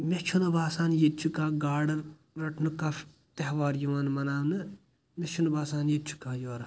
مے چھُ نہٕ باسان ییٚتہِ چھُ کانٛہہ گاڑٕ رَٹنُک کانٛہہ تہوار یِوان مناونہٕ مےٚ چھُ نہٕ باسان ییٚتہِ چھُ کانٛہہ یوٛرٕ